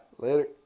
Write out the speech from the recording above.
Later